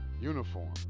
uniform